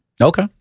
Okay